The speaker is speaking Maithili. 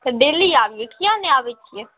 फेर डेली आबियौ किएक नहि आबैत छियै